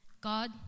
God